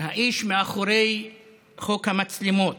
האיש מאחורי חוק המצלמות,